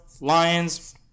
Lions